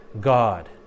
God